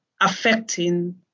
affecting